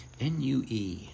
NUE